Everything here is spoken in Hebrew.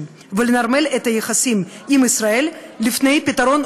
ולנרמל את היחסים עם ישראל לפני פתרון,